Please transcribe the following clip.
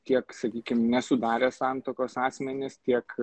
kiek sakykim nesudarę santuokos asmenys tiek